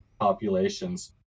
populations